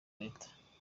leta